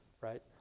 right